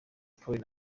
polly